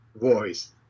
voice